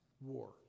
war